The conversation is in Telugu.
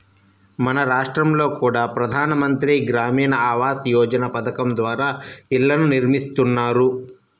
మన రాష్టంలో కూడా ప్రధాన మంత్రి గ్రామీణ ఆవాస్ యోజన పథకం ద్వారా ఇళ్ళను నిర్మిస్తున్నారు